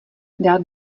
dal